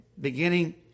beginning